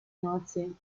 nordsee